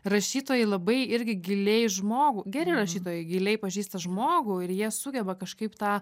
rašytojai labai irgi giliai žmogų geri rašytojai giliai pažįsta žmogų ir jie sugeba kažkaip tą